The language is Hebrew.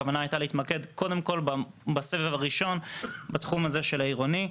הכוונה הייתה להתמקד קודם כול בסבב הראשון בתחום הזה של העירוני.